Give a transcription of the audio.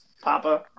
papa